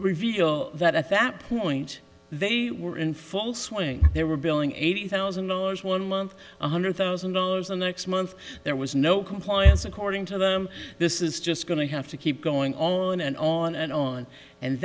reveal that at that point they were in full swing they were billing eighty thousand dollars one month one hundred thousand dollars and next month there was no compliance according to them this is just going to have to keep going on and on and on and